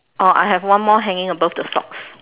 oh I have one more hanging above the socks